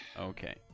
Okay